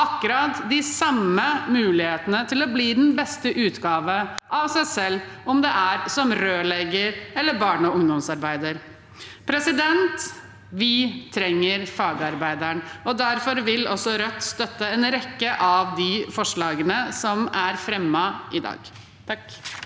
akkurat de samme mulighetene til å bli den beste utgaven av seg selv, om det er som rørlegger eller barne- og ungdomsarbeider. Vi trenger fagarbeideren, og derfor vil også Rødt støtte en rekke av de forslagene som er fremmet i dag. Abid